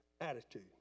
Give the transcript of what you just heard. attitude